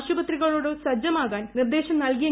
ആശുപത്രികളോട് സജ്ജമാകാൻ നിർദേശം നൽകി